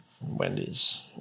Wendy's